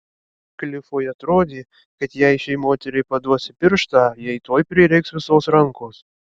klifui atrodė kad jei šiai moteriai paduosi pirštą jai tuoj prireiks visos rankos